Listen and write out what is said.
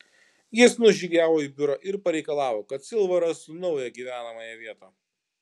jis nužygiavo į biurą ir pareikalavo kad silva rastų naują gyvenamąją vietą